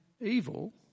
evil